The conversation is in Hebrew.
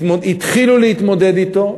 התחילו להתמודד אתו,